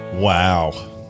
Wow